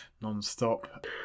non-stop